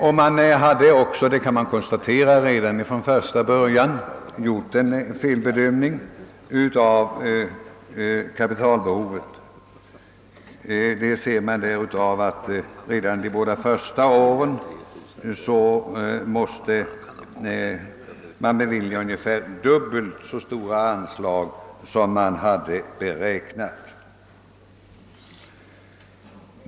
Redan från början — detta kan konstateras — hade man också gjort en felbedömning av kapitalbehovet. Under de båda första åren måste nämligen dubbelt så stora anslag beviljas som man ursprungligen hade beräknat.